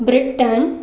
Britain